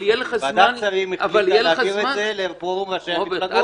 ועדת שרים החליטה להעביר את זה לפורום ראשי המפלגות.